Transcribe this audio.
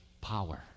power